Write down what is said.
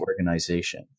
organization